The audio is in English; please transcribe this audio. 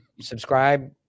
subscribe